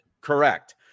Correct